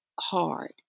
hard